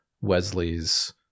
wesley's